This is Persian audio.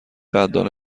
قدردان